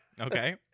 Okay